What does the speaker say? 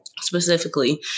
specifically